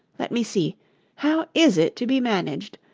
let me see how is it to be managed?